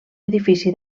edifici